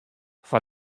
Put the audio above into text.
foar